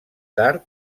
tard